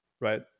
right